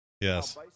Yes